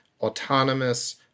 autonomous